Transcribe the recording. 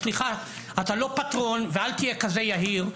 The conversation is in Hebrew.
סליחה, אתה לא פטרון ואל תהיה כזה יהיר.